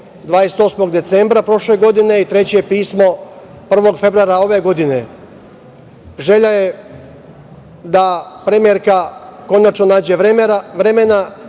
28. decembra prošle godine i treće pismo 1. februara ove godine. Želja je da premijerka konačno nađe vremena